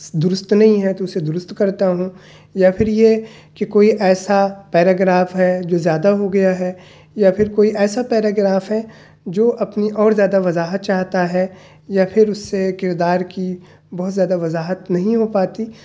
درست نہیں ہے تو اسے درست کرتا ہوں یا پھر یہ کہ کوئی ایسا پیراگراف ہے جو زیادہ ہو گیا ہے یا پھر کوئی ایسا پیراگراف ہے جو اپنی اور زیادہ وضاحت چاہتا ہے یا پھر اس سے کردار کی بہت زیادہ وضاحت نہیں ہو پاتی